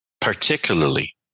particularly